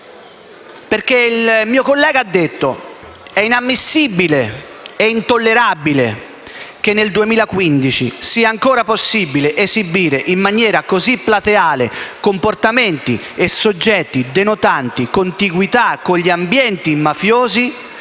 per aver detto: «È inammissibile, è intollerabile che nel 2015 sia ancora possibile esibire in maniera così plateale comportamenti e soggetti denotanti contiguità con gli ambienti mafiosi,